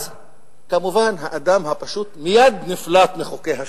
אז כמובן האדם הפשוט מייד נפלט מחוקי השוק.